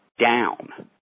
down